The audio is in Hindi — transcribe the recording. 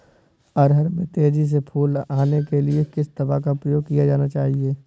अरहर में तेजी से फूल आने के लिए किस दवा का प्रयोग किया जाना चाहिए?